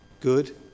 good